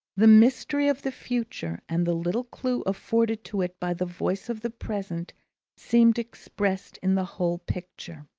the mystery of the future and the little clue afforded to it by the voice of the present seemed expressed in the whole picture.